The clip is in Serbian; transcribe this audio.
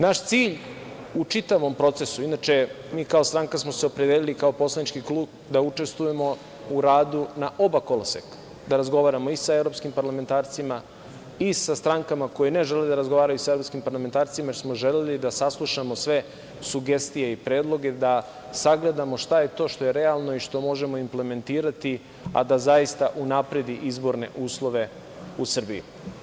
Naš cilj u čitavom procesu, inače, mi kao poslanički klub smo se opredelili da učestvujemo u radu na oba koloseka, da razgovaramo i sa evropskim parlamentarcima i sa strankama koje ne žele da razgovaraju sa evropskim parlamentarcima, jer smo želeli da saslušamo sve sugestije i predloge, da sagledamo šta je to što je realno i što možemo implementirati, a da zaista unapredi izborne uslove u Srbiji.